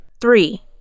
Three